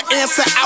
answer